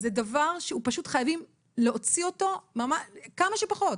- זה דבר שפשוט חייבים להוציא אותו, כמה שפחות.